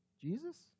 Jesus